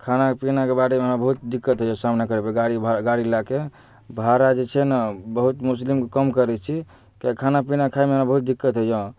खाना पीनाके बारेमे हमरा बहुत दिक्कत होइया सामना करबै गाड़ी भाड़ा गाड़ी लऽ कऽ भाड़ा जे छै ने बहुत मुस्लिमके कम करै छी किएकि खाना पीना खायमे हमरा बहुत दिक्कत होइया